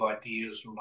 ideas